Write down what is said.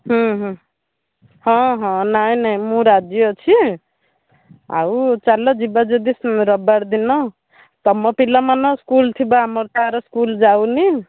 ହୁଁ ହୁଁ ହଁ ହଁ ନାଇଁ ନାଇଁ ମୁଁ ରାଜି ଅଛି ଆଉ ଚାଲ ଯିବା ଯଦି ରବିବାର ଦିନ ତୁମ ପିଲାମାନଙ୍କର ସ୍କୁଲ୍ ଥିବ ଆମର ତ ୟାର ସ୍କୁଲ୍ ଯାଉନି